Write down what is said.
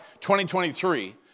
2023